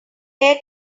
air